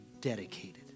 dedicated